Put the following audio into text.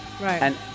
right